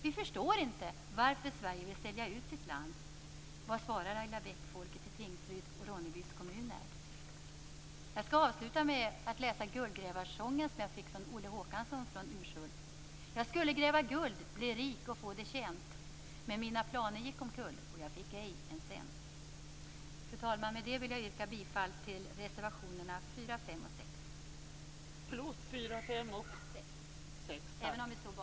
De förstår inte varför Sverige vill sälja ut sitt land. Vad svarar Jag skall avsluta med att läsa Guldgrävarsången som jag fick från Olle Håkansson från Urshult. Jag skulle gräva guld, bli rik och få det tjänt men mina planer gick omkull och jag fick ej en cent. Fru talman! Med det vill jag yrka bifall till reservationerna 4, 5 och 6.